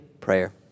prayer